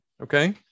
Okay